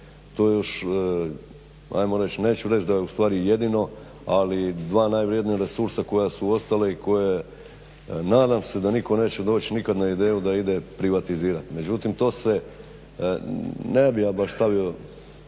manji dio. Neću reći ustvari da je jedino ali dva najvrednija resursa koja su ostala i koje nadam se da nitko neće doći nikad na ideju da ide privatizirati. Međutim to se ne bih ja baš stavio